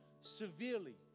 severely